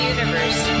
Universe